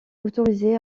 autorisés